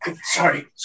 Sorry